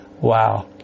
Wow